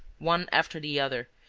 one after the other,